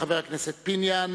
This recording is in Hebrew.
חבר הכנסת פיניאן,